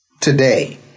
today